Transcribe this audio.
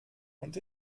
und